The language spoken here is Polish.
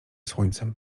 słońcem